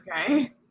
Okay